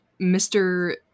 Mr